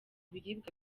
biribwa